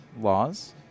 laws